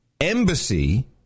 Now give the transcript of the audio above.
embassy